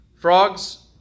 Frogs